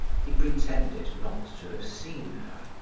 he pretended not to have seen her,